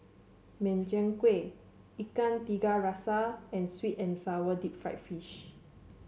Min Chiang Kueh Ikan Tiga Rasa and sweet and sour Deep Fried Fish